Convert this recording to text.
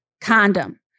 condom